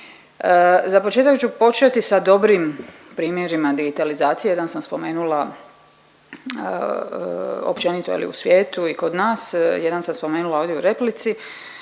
Za početak ću početi sa dobrim primjerima digitalizacije, jedan sam spomenula općenito je li u svijetu i kod nas, jedan sam spomenula ovdje u replici,